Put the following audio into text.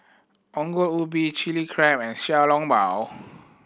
Ongol Ubi Chilli Crab and Xiao Long Bao